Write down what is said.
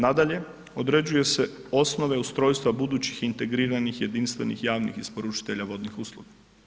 Nadalje, određuje se osnove ustrojstva budućih integriranih jedinstvenih javnih isporučitelja vodnih usluga.